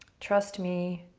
trust me,